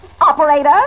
Operator